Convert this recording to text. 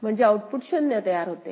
म्हणजे आऊटपुट 0 तयार होते